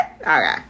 Okay